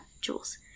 Jules